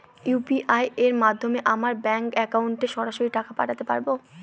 UPI এর মাধ্যমে আমরা ব্যাঙ্ক একাউন্টে সরাসরি টাকা পাঠাতে পারবো?